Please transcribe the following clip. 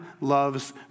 loves